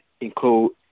include